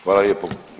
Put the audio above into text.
Hvala lijepo.